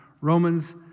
Romans